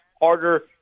harder